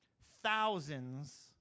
thousands